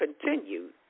continued